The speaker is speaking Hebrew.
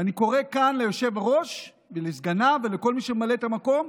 ואני קורא כאן ליושב-ראש ולסגניו ולכל מי שממלא את המקום,